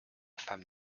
femme